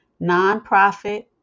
Nonprofit